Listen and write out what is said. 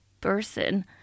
person